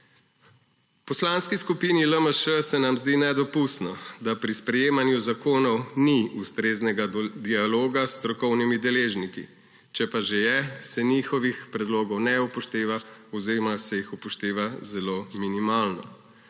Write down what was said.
V Poslanski skupini LMŠ se nam zdi nedopustno, da pri sprejemanju zakonov ni ustreznega dialoga s strokovnimi deležniki, če pa že je, se njihovih predlogov ne upošteva oziroma se jih upošteva zelo minimalno.